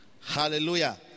Hallelujah